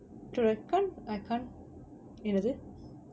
to recan I can't என்னது:ennathu